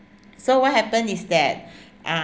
so what happened is that uh